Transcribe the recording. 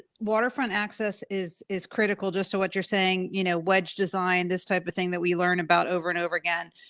water front access is is critical just to what you're saying you know wedge design, this type of thing that we learn about over and over again.